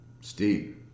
Steve